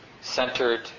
centered